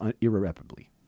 irreparably